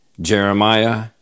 Jeremiah